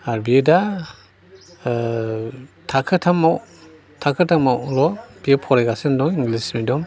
आरो बियो दा थाखो थामावल' बियो फरायगासिनो दं इंलिस मिडियाम